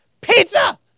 pizza